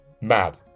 Mad